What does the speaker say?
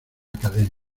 academia